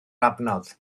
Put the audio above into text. adnodd